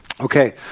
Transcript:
Okay